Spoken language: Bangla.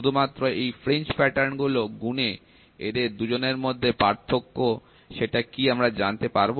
শুধুমাত্র এই ফ্রিঞ্জ প্যাটার্ন গুলো গুনে এদের দুজনের মধ্যে পার্থক্য সেটা কি আমরা জানতে পারব